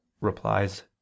replies